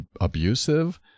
abusive